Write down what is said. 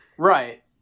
Right